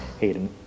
Hayden